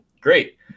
great